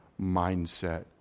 mindset